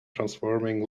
transforming